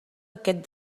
aquest